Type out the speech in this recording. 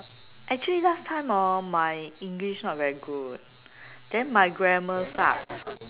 actually last time lor my english not very good then my grammar sucks